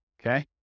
Okay